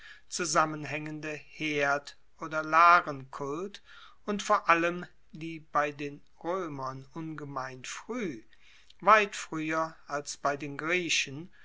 zusammenhaengende herd oder larenkult und vor allem die bei den roemern ungemein frueh weit frueher als bei den griechen